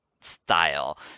style